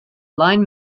line